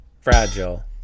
FRAGILE